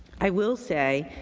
i will say,